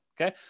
Okay